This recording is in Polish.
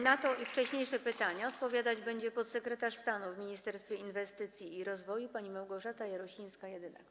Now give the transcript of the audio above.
Na to pytanie i na wcześniejsze pytania odpowiadać będzie podsekretarz stanu w Ministerstwie Inwestycji i Rozwoju pani Małgorzata Jarosińska-Jedynak.